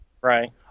Right